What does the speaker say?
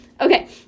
okay